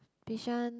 Bishan